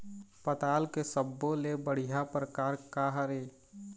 पताल के सब्बो ले बढ़िया परकार काहर ए?